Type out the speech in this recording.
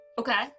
Okay